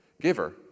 giver